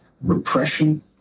repression